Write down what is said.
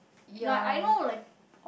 ya